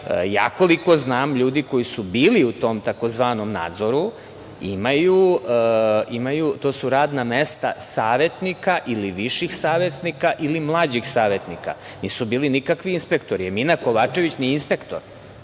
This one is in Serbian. Koliko ja znam, ljudi koji su bili u tom tzv. nadzoru imaju radna mesta savetnika ili viših savetnika ili mlađih savetnika, nisu bili nikakvi inspektori. Mina Kovačević nije inspektor,